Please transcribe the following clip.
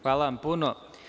Hvala vam puno.